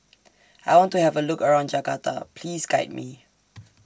I want to Have A Look around Jakarta Please Guide Me